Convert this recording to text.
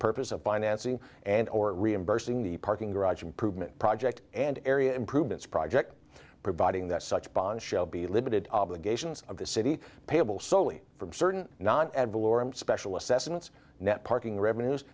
purpose of financing and or reimbursing the parking garage improvement project and area improvements project providing that such bonds shall be limited obligations of the city payable solely from certain non edible or am special assessments net parking revenues